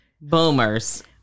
Boomers